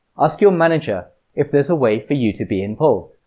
ask your manager if there's a way for you to be involved.